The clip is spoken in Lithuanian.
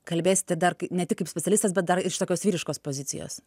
kalbėsite dar ne tik kaip specialistas bet dar ir iš tokios vyriškos pozicijos